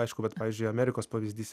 aišku vat pavyzdžiui amerikos pavyzdys